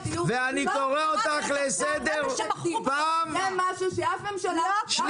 ואני קורא אותך לסדר פעם שלישית.